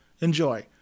enjoy